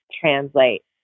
translate